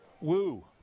Woo